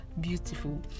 beautiful